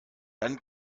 dann